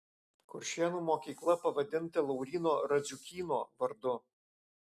kuršėnų mokykla pavadinta lauryno radziukyno vardu